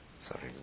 Sorry